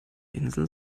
insel